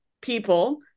people